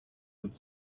could